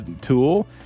tool